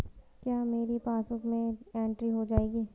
क्या मेरी पासबुक में एंट्री हो जाएगी?